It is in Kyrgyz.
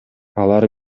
алар